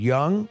Young